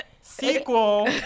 sequel